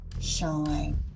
shine